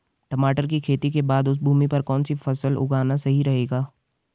टमाटर की खेती के बाद उस भूमि पर कौन सी फसल उगाना सही रहेगा?